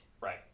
Right